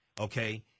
okay